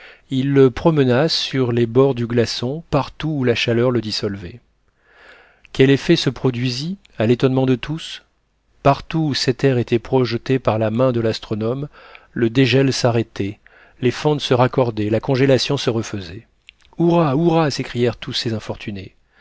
il le promena sur les bords du glaçon partout où la chaleur le dissolvait quel effet se produisit à l'étonnement de tous partout où cet air était projeté par la main de l'astronome le dégel s'arrêtait les fentes se raccordaient la congélation se refaisait hurrah hurrah s'écrièrent tous ces infortunés